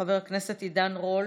חבר הכנסת עידן רול,